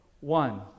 one